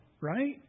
Right